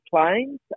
planes